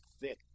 thick